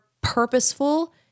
purposeful